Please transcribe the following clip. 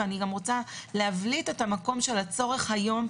אני גם רוצה להבליט את המקום של הצורך היום,